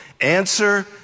Answer